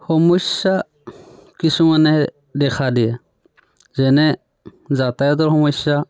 সমস্যা কিছুমানে দেখা দিয়ে যেনে যাতায়তৰ সমস্যা